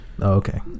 okay